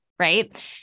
right